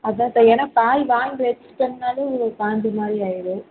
அதா தான் ஏன்னா காய் வாங்கி வச்சிடம்னாலே காஞ்ச மாதிரி ஆயிடும்